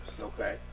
Okay